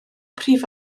prif